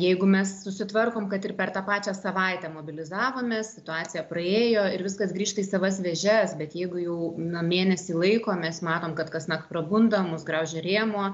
jeigu mes susitvarkom kad ir per tą pačią savaitę mobilizavomės situacija praėjo ir viskas grįžta į savas vėžes bet jeigu jau na mėnesį laiko mes matom kad kasnakt prabundam mus graužia rėmuo